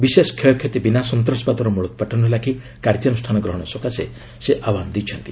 ବିଶେଷ କ୍ଷୟକ୍ଷତି ବିନା ସନ୍ତାସବାଦର ମୂଳୋତ୍ପାଟନ ଲାଗି କାର୍ଯ୍ୟାନୁଷ୍ଠାନ ଗ୍ରହଣ ସକାଶେ ସେ ଆହ୍ୱାନ ଦେଇଛନ୍ତି